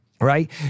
right